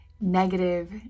negative